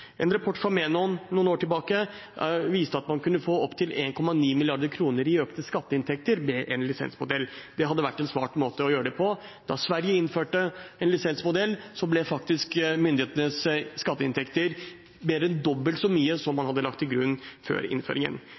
En rapport fra Menon fra noen år tilbake viste at man kunne få opptil 1,9 mrd. kr i økte skatteinntekter med en lisensmodell. Det hadde vært en smart måte å gjøre det på. Da Sverige innførte en lisensmodell, ble faktisk myndighetenes skatteinntekter mer enn doblet fra det man hadde lagt til grunn før innføringen.